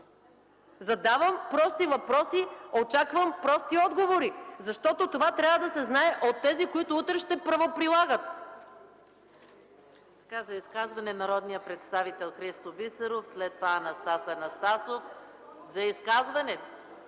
Задавам прости въпроси, очаквам прости отговори, защото това трябва да се знае от тези, които утре ще правоприлагат.